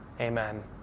amen